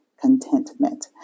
Contentment